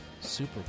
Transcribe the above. super